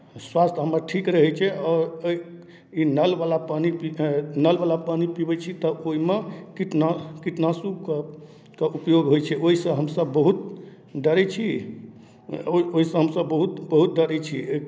स्वास्थ्य हमर ठीक रहै छै आओर एहि ई नलवला पानि पी कऽ नलवला पानि पिबै छी तऽ ओहिमे कीटना कीटनाशुके कऽ प्रयोग होइ छै ओहिसँ हमसभ बहुत डरै छी ओहि ओहिसँ हमसभ बहुत बहुत डरै छी